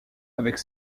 avec